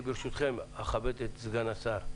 ברשותכם, אני אכבד את סגן השרה.